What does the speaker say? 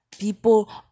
People